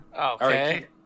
Okay